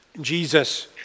Jesus